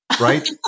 right